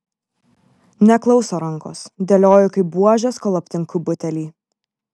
neklauso rankos dėlioju kaip buožes kol aptinku butelį